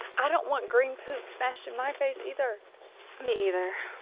i don't want green poop smashed in my face either me either.